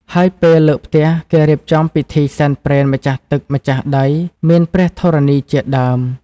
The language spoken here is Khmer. ហើយពេលលើកផ្ទះ គេរៀបចំពិធីសែនព្រេនម្ចាស់ទឹក ម្ចាស់ដី មានព្រះធរណីជាដើម។